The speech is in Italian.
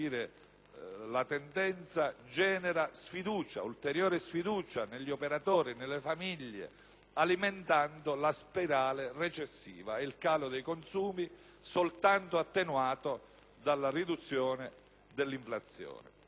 la tendenza, genera ulteriore sfiducia negli operatori e nelle famiglie, alimentando la spirale recessiva e il calo dei consumi soltanto attenuato dalla riduzione dell'inflazione.